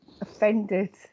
offended